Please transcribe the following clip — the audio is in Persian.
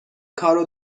کار